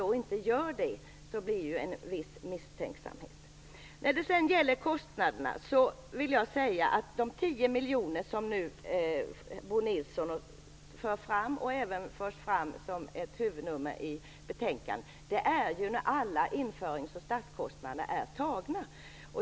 När man inte gör det uppstår det en viss misstänksamhet. När det sedan gäller kostnaderna vill jag säga att den siffra som Bo Nilsson anger - 10 miljoner kronor - och som även förs fram som ett huvudnummer i betänkandet gäller när alla införings och startkostnader är betalda.